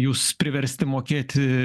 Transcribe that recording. jūs priversti mokėti